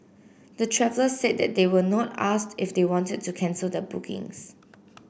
the travellers said they were not asked if they wanted to cancel their bookings